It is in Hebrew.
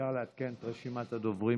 אפשר לעדכן את רשימת הדוברים?